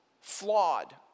flawed